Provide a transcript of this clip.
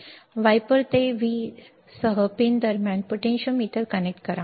viper ते V सह pin दरम्यान पोटेंशियोमीटर कनेक्ट करा